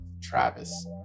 Travis